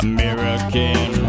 American